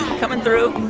coming through